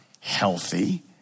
Healthy